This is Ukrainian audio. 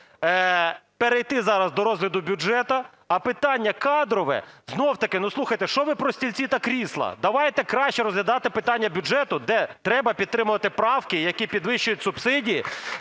перейти зараз до розгляду бюджету, а питання кадрове… Знов-таки, слухайте, що ви про стільці та крісла? Давайте краще розглядати питання бюджету, де треба підтримувати правки, які підвищують субсидії,